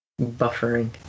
buffering